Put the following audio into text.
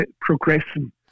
progression